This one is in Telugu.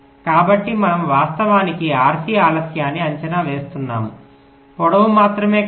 కాబట్టి మనము వాస్తవానికి RC ఆలస్యాన్ని అంచనా వేస్తున్నాము పొడవు మాత్రమే కాదు